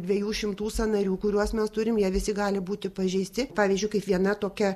dviejų šimtų sąnarių kuriuos mes turim jie visi gali būti pažeisti pavyzdžiui kaip viena tokia